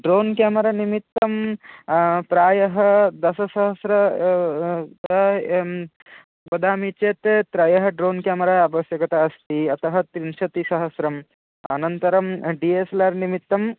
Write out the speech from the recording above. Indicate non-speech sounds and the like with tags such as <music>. drone camera निमित्तं प्रायः दशसहस्रं <unintelligible> वदामि चेत् त्रयः ड्रोन् क्यामरा अवश्यकता अस्ति अतः त्रिंशत्सहस्रम् अनन्त्तरं डि एस् एल् आर् निमित्तं